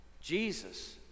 Jesus